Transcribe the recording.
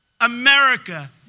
America